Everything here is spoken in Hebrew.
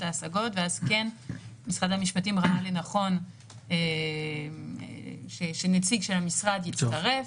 ההשגות ואז משרד המשפטים ראה לנכון שנציג של המשרד יצטרף.